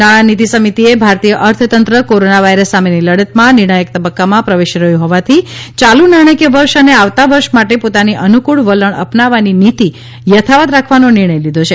નાણાંનીતી સમિતીએ ભારતીય અર્થતંત્ર કોરોનાં વાયરસ સામેની લડતમાં નિર્ણાયક તબક્કામાં પ્રવેશી રહ્યું હોવાથી ચાલુ નાણાકીય વર્ષ અને આવતાં વર્ષ માટે પોતાની અનુકૂળ વલણ અપનાવવાની નીતી યથાવત રાખવાનો નિર્ણય લીધો છે